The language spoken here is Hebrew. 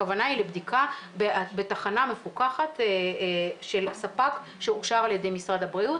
הכוונה היא לבדיקה בתחנה מפוקחת של ספק שאושר על ידי משרד הבריאות,